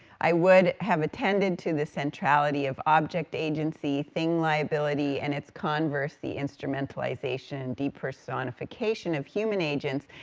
i would have attended to the centrality of object agency, thing liability, and its converse, the instrumentalization, de-personification of human agents,